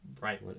Right